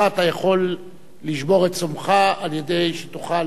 אתה יכול לשבור את צומך על-ידי שתאכל